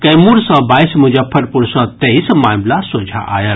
कैमूर सय बाइस मुजफ्फरपुर सँ तेईस मामिला सोझा आयल